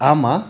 Ama